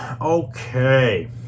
okay